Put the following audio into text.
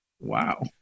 Wow